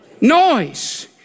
Noise